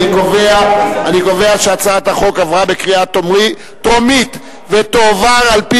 אני קובע שהצעת החוק עברה בקריאה הטרומית ותועבר על-פי